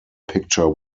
picture